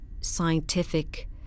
scientific